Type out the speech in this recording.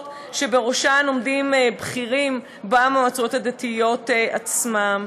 שבראשן עומדים בכירים במועצות הדתיות עצמן.